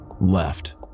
Left